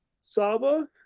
Saba